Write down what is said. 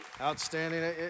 Outstanding